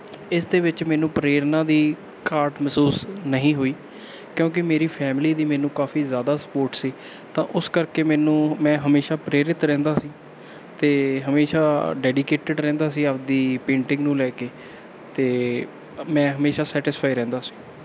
ਇਸ ਦੇ ਵਿੱਚ ਮੈਨੂੰ ਪ੍ਰੇਰਨਾ ਦੀ ਘਾਟ ਮਹਿਸੂਸ ਨਹੀਂ ਹੋਈ ਕਿਉਂਕਿ ਮੇਰੀ ਫੈਮਿਲੀ ਦੀ ਮੈਨੂੰ ਕਾਫੀ ਜ਼ਿਆਦਾ ਸਪੋਰਟ ਸੀ ਤਾਂ ਉਸ ਕਰਕੇ ਮੈਨੂੰ ਮੈਂ ਹਮੇਸ਼ਾ ਪ੍ਰੇਰਿਤ ਰਹਿੰਦਾ ਸੀ ਅਤੇ ਹਮੇਸ਼ਾ ਡੈਡੀਕੇਟਡ ਰਹਿੰਦਾ ਸੀ ਆਪਦੀ ਪੇਂਟਿੰਗ ਨੂੰ ਲੈ ਕੇ ਅਤੇ ਮੈਂ ਹਮੇਸ਼ਾ ਸੈਟਿਸਫਾਈ ਰਹਿੰਦਾ ਸੀ